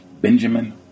Benjamin